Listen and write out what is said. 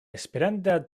esperanta